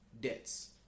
debts